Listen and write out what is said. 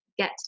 Get